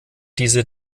diese